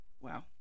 wow